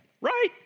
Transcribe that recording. right